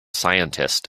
scientist